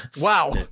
Wow